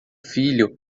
filho